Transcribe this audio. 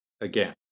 again